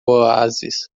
oásis